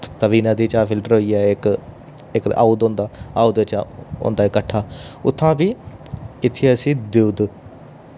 तवी नदी चा फिल्टर होइयै इक इक ते आउद होंदा आउद च होंदा किट्ठा उत्थूआं फ्ही इत्थे असी देऊदे